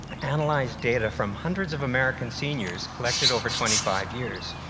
analyzed data from hundreds of american seniors, collected over twenty five years.